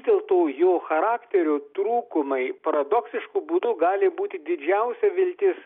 dėl to jo charakterio trūkumai paradoksišku būdu gali būti didžiausia viltis